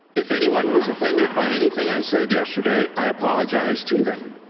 if anyone was offended by anything i said yesterday i apologize to them.